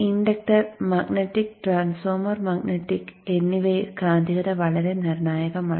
inductor magnetic transformer magnetic എന്നിവയിൽ കാന്തികത വളരെ നിർണായകമാണ്